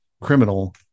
criminal